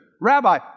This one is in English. Rabbi